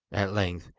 at length,